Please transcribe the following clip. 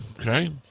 Okay